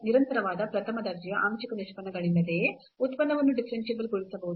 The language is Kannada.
ನಿರಂತರವಾದ ಪ್ರಥಮ ದರ್ಜೆಯ ಆಂಶಿಕ ನಿಷ್ಪನ್ನಗಳಿಲ್ಲದೆಯೇ ಉತ್ಪನ್ನವನ್ನು ಡಿಫರೆನ್ಸಿಬಲ್ ಗೊಳಿಸಬಹುದು